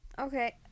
Okay